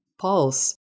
pulse